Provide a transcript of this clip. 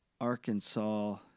Arkansas